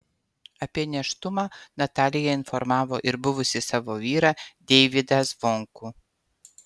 apie nėštumą natalija informavo ir buvusį savo vyrą deivydą zvonkų